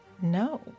no